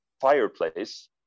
fireplace